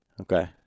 Okay